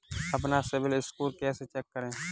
अपना सिबिल स्कोर कैसे चेक करें?